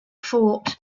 fort